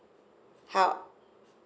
how